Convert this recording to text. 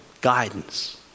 guidance